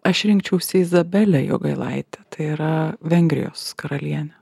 aš rinkčiausi izabelę jogailaitę tai yra vengrijos karalienę